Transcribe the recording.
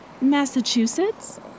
Massachusetts